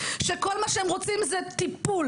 שכל מה שהם רוצים זה טיפול,